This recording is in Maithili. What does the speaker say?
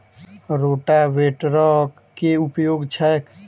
रोटावेटरक केँ उपयोग छैक?